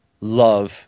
Love